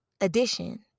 addition